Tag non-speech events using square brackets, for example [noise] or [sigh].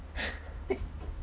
[laughs]